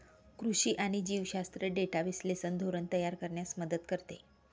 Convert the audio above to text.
कृषी आणि जीवशास्त्र डेटा विश्लेषण धोरण तयार करण्यास मदत करते